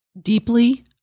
deeply